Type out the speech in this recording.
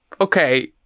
Okay